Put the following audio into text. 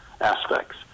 aspects